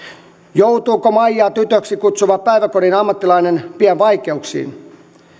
joutuuko maijaa tytöksi kutsuva päiväkodin ammattilainen pian vaikeuksiin